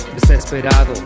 desesperado